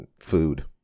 food